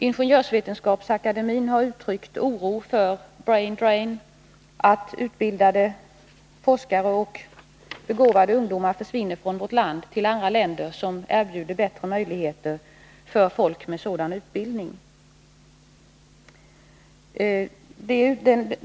Ingenjörsvetenskapsakademien har uttryckt oro för ”brain drain” — att utbildade forskare och begåvade ungdomar försvinner från vårt land till andra länder, som erbjuder bättre möjligheter för folk med sådan utbildning.